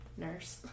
nurse